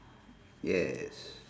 yes